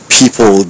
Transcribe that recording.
people